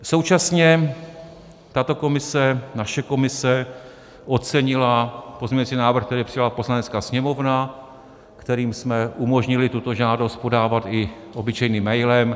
Současně tato komise, naše komise, ocenila pozměňovací návrh, který přijala Poslanecká sněmovna, kterým jsme umožnili tuto žádost podávat i obyčejným mailem.